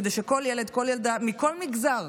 כדי שכל ילד, כל ילדה, מכל מגזר,